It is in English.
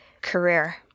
career